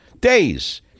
days